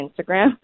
Instagram